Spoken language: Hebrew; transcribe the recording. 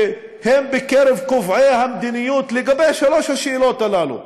שהם בקרב קובעי המדיניות לגבי שלוש השאלות הללו,